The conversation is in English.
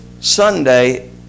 Sunday